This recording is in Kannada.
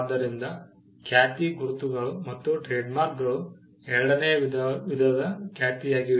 ಆದ್ದರಿಂದ ಖ್ಯಾತಿ ಗುರುತುಗಳು ಮತ್ತು ಟ್ರೇಡ್ಮಾರ್ಕ್ಗಳು ಎರಡನೇ ವಿಧದ ಖ್ಯಾತಿಯಾಗಿವೆ